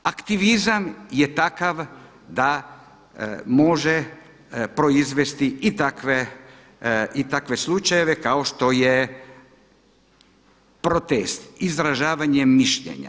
Aktivizam je takav da može proizvesti i takve slučajeve kao što je protest, izražavanje mišljenja.